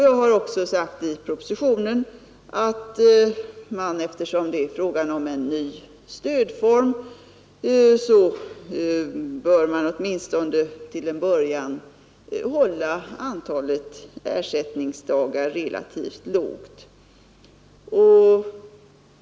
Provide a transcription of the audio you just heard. Jag har också sagt i propositionen att man, eftersom det är fråga om en ny stödform, åtminstone till en början bör hålla antalet ersättningsdagar relativt lågt.